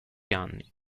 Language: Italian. anni